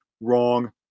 wrong